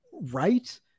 right